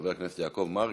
חבר הכנסת יעקב מרגי,